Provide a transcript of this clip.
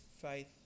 faith